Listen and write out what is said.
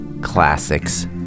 classics